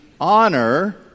honor